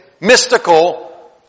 mystical